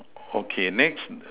okay next